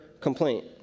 complaint